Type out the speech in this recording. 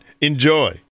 Enjoy